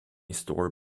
store